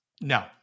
No